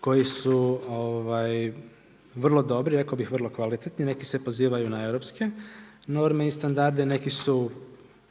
koji su vrlo dobri, rekao bih vrlo kvalitetni, neki su pozivaju na europske norme i standarde, neki su